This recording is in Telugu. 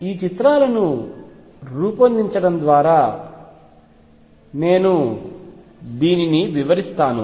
ఈ చిత్రాలను రూపొందించడం ద్వారా నేను దీనిని వివరిస్తాను